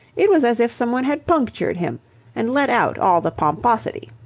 it was as if someone had punctured him and let out all the pomposity.